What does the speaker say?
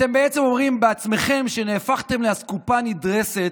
אתם בעצם אומרים בעצמכם שנהפכתם לאסקופה נדרסת,